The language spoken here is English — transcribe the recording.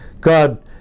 God